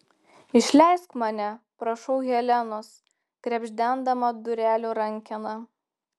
išleisk mane prašau helenos krebždendama durelių rankeną